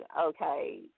okay